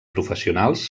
professionals